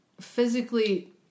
physically